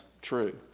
true